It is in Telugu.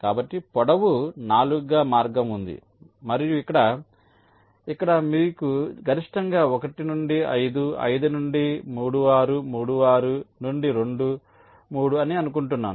కాబట్టి పొడవు 4 గా మార్గం ఉంది మరియు ఇక్కడ ఇక్కడ మీకు గరిష్టంగా 1 నుండి 5 5 నుండి 3 6 3 6 నుండి 2 3 అని అనుకుంటున్నాను